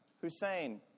Hussein